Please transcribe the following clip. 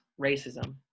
racism